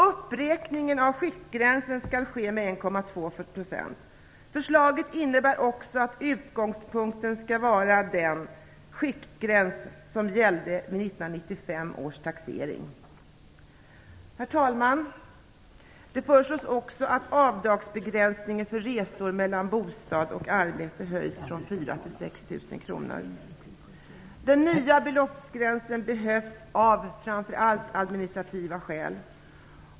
Uppräkningen av skiktgränsen skall ske med 1,2 %. Förslaget innebär också att utgångspunkten skall vara den skiktgräns som gällde vid 1995 års taxering. Herr talman! Det föreslås också att avdragsgränsen för resor mellan bostad och arbetsplats höjs från Den nya beloppsgränsen behövs av framför allt administrativa skäl.